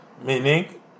meaning